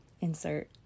insert